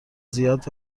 زیاد